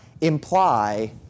imply